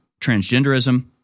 transgenderism